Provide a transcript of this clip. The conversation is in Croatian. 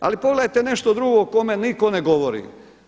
Ali pogledajte nešto drugo kome nitko ne govori.